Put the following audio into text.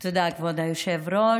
תודה, כבוד היושב-ראש.